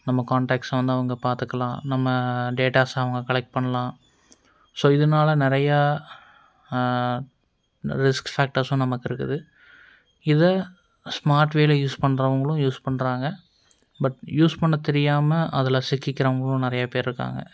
நம்ம கான்டேக்ஸ் வந்து அவங்க பாத்துக்கலாம் நம்ம டேட்டாஸை அவங்க கலெக்ட் பண்ணலாம் ஸோ இதனால நிறையா ரிஸ்க் பேக்டர்ஸும் நமக்கு இருக்குது இதை ஸ்மார்ட் வேயில் யூஸ் பண்ணுறவங்களும் யூஸ் பண்ணுறாங்க பட் யூஸ் பண்ண தெரியாமல் அதில் சிக்கிக்கிறவங்களும் நிறையா பேர் இருக்காங்க